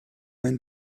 wenn